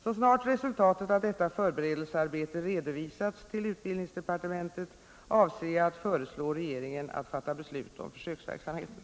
Så snart resultatet av detta förberedelsearbete redovisats till utbildningsdepartementet avser jag att föreslå regeringen att fatta beslut om försöksverksamheten.